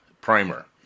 primer